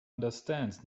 understands